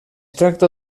tracta